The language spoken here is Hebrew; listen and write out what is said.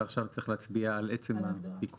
ועכשיו צריך להצביע על עצם התיקון.